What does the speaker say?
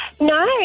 No